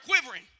quivering